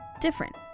different